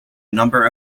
number